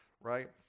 right